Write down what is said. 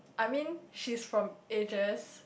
I mean she's from ages